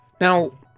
Now